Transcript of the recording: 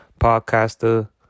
podcaster